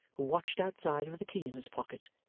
who watched outside with the key in his pocket,